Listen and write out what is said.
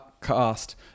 cast